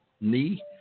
knee